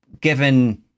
given